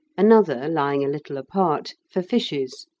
another, lying a little apart, for fishes.